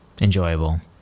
enjoyable